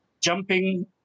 jumping